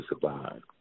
survive